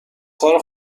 کار